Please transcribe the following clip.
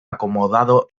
acomodado